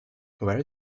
where